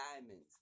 diamonds